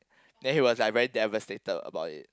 then he was like very devastated about it